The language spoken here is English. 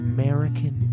American